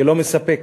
שלא מספק.